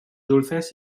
dulces